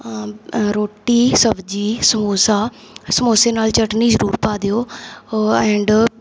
ਰੋਟੀ ਸਬਜ਼ੀ ਸਮੋਸਾ ਸਮੋਸੇ ਨਾਲ ਚੱਟਨੀ ਜ਼ਰੂਰ ਪਾ ਦਿਓ ਐਂਡ